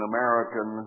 American